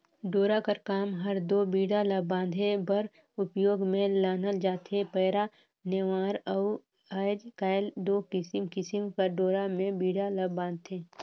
डोरा कर काम हर दो बीड़ा ला बांधे बर उपियोग मे लानल जाथे पैरा, नेवार अउ आएज काएल दो किसिम किसिम कर डोरा मे बीड़ा ल बांधथे